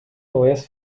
neues